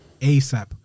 ASAP